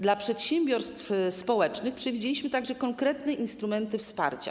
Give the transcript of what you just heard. Dla przedsiębiorstw społecznych przewidzieliśmy także konkretne instrumenty wsparcia.